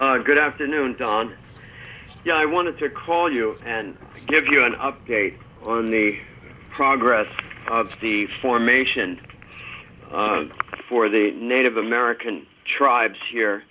john good afternoon don i wanted to call you and give you an update on the progress of the formation for the native american tribes here